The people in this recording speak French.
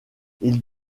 ils